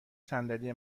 صندلی